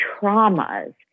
traumas